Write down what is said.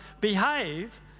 behave